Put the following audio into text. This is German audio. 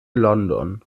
london